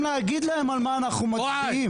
להגיד להם מראש על מה אנחנו מצביעים.